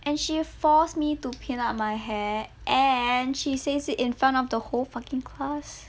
and she force me to pin up my hair and she says it in front of the whole fucking class